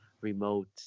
remote